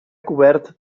cobert